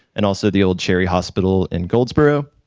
and also the old cherry hospital in goldsboro.